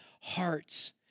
hearts